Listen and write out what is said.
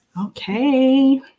Okay